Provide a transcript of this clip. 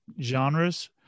genres